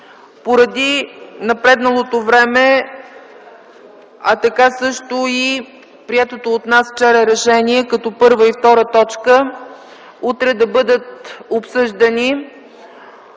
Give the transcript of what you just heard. Поради напредналото време, а така също и приетото от нас вчера решение като първа и втора точка утре да бъдат обсъждани